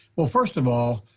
well, first of all,